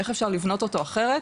איך אפשר לבנות אותו אחרת